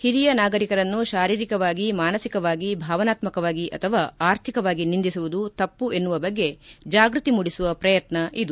ಹಿರಿಯ ನಾಗರಿಕರನ್ನು ಶಾರೀರಿಕವಾಗಿ ಮಾನಸಿಕವಾಗಿ ಭಾವನಾತ್ಮಕವಾಗಿ ಅಥವಾ ಅರ್ಥಿಕವಾಗಿ ನಿಂದಿಸುವುದು ತಪ್ಪು ಎನ್ನುವ ಬಗ್ಗೆ ಜಾಗೃತಿ ಮೂಡಿಸುವ ಪ್ರಯತ್ನ ಇದು